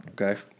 Okay